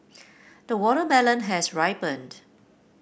the watermelon has ripened